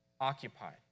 occupied